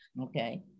Okay